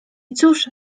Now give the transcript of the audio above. cóż